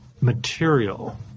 material